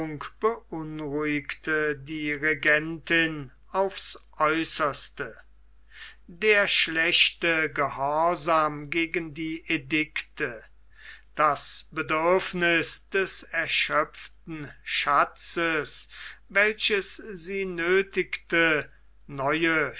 beunruhigte die regentin aufs äußerste der schlechte gehorsam gegen die edikte das bedürfniß des erschöpften schatzes welches sie nöthigte neue